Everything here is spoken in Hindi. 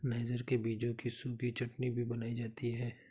नाइजर के बीजों की सूखी चटनी भी बनाई जाती है